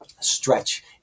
stretch